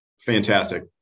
Fantastic